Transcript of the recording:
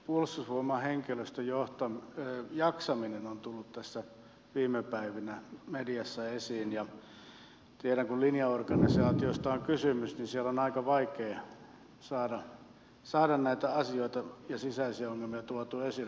puolustusvoimain henkilöstön jaksaminen on tullut tässä viime päivinä mediassa esiin ja tiedän kun linjaorganisaatiosta on kysymys että siellä on aika vaikeata saada näitä asioita ja sisäisiä ongelmia tuotua esille